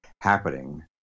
happening